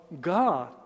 God